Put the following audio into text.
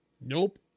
Nope